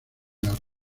las